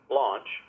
launch